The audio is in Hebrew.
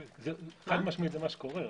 חד משמעית זה מה שקורה.